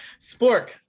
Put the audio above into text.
Spork